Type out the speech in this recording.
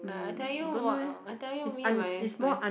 I tell you what I tell you me and my my